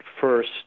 first